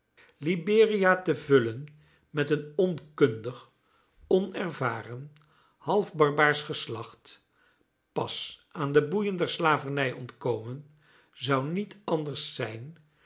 liberia te vullen met een onkundig onervaren half barbaarsch geslacht pas aan de boeien der slavernij ontkomen zou niet anders zijn